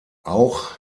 auch